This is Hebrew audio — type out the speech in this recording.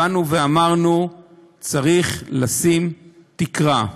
אמרנו שצריך לשים תקרה.